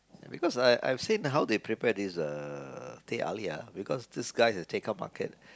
because I I've seen how they prepare this uh teh-halia because this guy at the Tekkah market